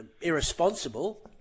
irresponsible